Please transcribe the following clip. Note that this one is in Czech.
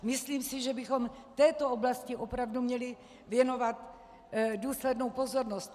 Myslím, že bychom této oblasti měli věnovat důslednou pozornost.